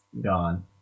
gone